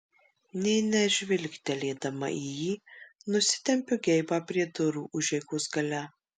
nė nežvilgtelėdama į jį nusitempiu geibą prie durų užeigos gale